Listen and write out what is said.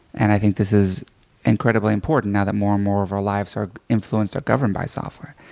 and i think this is incredibly important, now that more and more of our lives are influenced or governed by software.